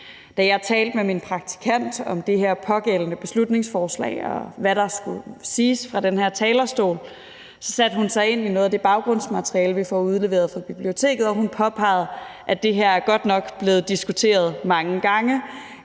Da jeg talte med min praktikant om det her pågældende beslutningsforslag, og hvad der skulle siges fra den her talerstol, satte hun sig ind i noget af det baggrundsmateriale, vi får udleveret fra biblioteket, og hun påpegede, at det her godt nok er blevet diskuteret mange gange,